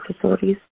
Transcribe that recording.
facilities